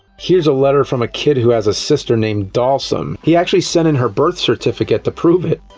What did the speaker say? here's a letter from a kid who has a sister named, dhalsim. he actually sent in her birth certificate to prove it!